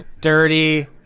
dirty